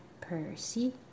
Percy